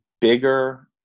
bigger